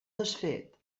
desfet